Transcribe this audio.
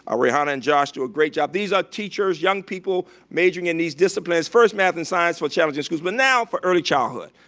ah rehana and josh do a great job. these ah teachers, young people majoring in these disciplines, first math and science for challenging schools but now for early childhood.